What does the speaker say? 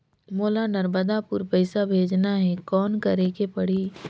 मोला नर्मदापुर पइसा भेजना हैं, कौन करेके परही?